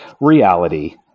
reality